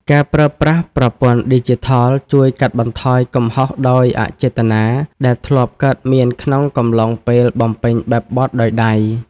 ការប្រើប្រាស់ប្រព័ន្ធឌីជីថលជួយកាត់បន្ថយកំហុសដោយអចេតនា ដែលធ្លាប់កើតមានក្នុងកំឡុងពេលបំពេញបែបបទដោយដៃ។